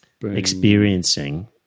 experiencing